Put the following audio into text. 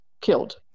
killed